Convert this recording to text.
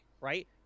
right